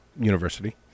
University